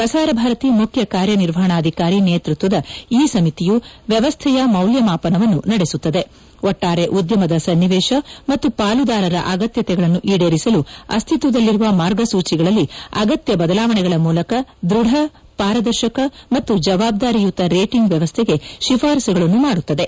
ಪ್ರಸಾರ ಭಾರತಿ ಮುಖ್ಯ ಕಾರ್ಯನಿರ್ವಹಣಾಧಿಕಾರಿ ನೇತೃತ್ವದ ಈ ಸಮಿತಿಯು ವ್ಯವಸ್ಥೆಯ ಮೌಲ್ಯಮಾಪನವನ್ನು ನಡೆಸುತ್ತದೆ ಒಟ್ವಾರೆ ಉದ್ಯಮದ ಸನ್ವಿವೇಶ ಮತ್ತು ಪಾಲುದಾರರ ಅಗತ್ಯತೆಗಳನ್ನು ಈಡೇರಿಸಲು ಅಸ್ತಿತ್ವದಲ್ಲಿರುವ ಮಾರ್ಗಸೂಚಿಗಳಲ್ಲಿ ಅಗತ್ಯ ಬದಲಾವಣೆಗಳ ಮೂಲಕ ದೃಧ ಪಾರದರ್ಶಕ ಮತ್ತು ಜವಾಬ್ದಾರಿಯುತ ರೇಟಿಂಗ್ ವ್ಯವಸ್ಥೆಗೆ ಶಿಫಾರಸುಗಳನ್ನು ಮಾದುತ್ತದೆ